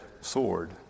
sword